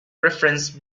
reference